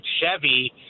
Chevy